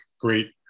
great